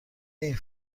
نمی